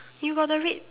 you got the red